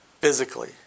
Physically